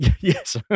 yes